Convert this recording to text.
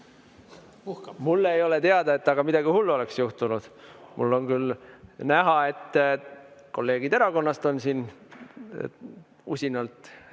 Mulle ei ole teada, et temaga midagi hullu oleks juhtunud. On küll näha, et kolleegid erakonnast on siin usinalt